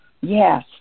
yes